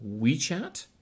WeChat